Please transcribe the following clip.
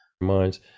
minds